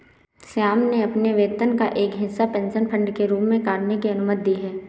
श्याम ने अपने वेतन का एक हिस्सा पेंशन फंड के रूप में काटने की अनुमति दी है